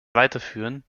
weiterführen